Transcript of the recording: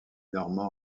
normands